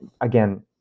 again